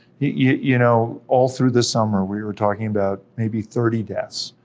you know, all through the summer, we were talking about maybe thirty deaths,